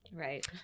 Right